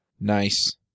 Nice